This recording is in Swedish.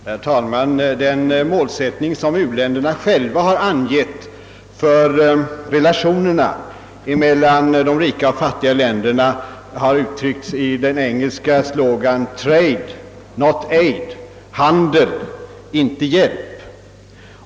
Herr talman! Den målsättning som u-länderna själva angett för relationerna mellan de rika och fattiga länderna har uttryckts i den engelska slogan »Trade — not aid» — handel — inte hjälp.